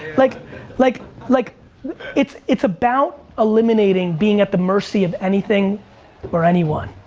like like like it's it's about eliminating being at the mercy of anything or anyone.